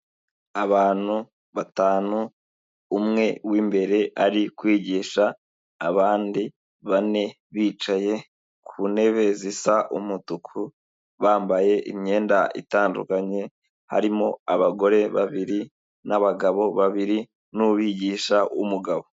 Abantu batanu, umwe w'imbere ari kwigisha, abandi bane bicaye ku ntebe zisa umutuku, bambaye imyenda itandukanye, harimo abagore babiri n'abagabo babiri, n'ubigisha w'umugabo.